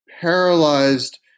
paralyzed